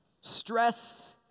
stress